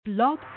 Blog